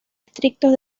estrictos